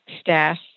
staff